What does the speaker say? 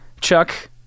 Chuck